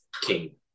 king